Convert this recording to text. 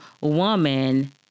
woman